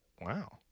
Wow